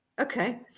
Okay